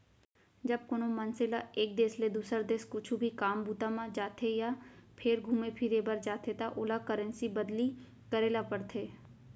जब कोनो मनसे ल एक देस ले दुसर देस कुछु भी काम बूता म जाथे या फेर घुमे फिरे बर जाथे त ओला करेंसी बदली करे ल परथे